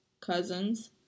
cousins